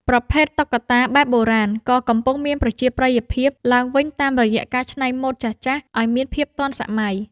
ប្រភេទ តុក្កតាបែបបុរាណ ក៏កំពុងមានប្រជាប្រិយភាពឡើងវិញតាមរយៈការច្នៃម៉ូដចាស់ៗឱ្យមានភាពទាន់សម័យ។